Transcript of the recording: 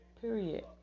period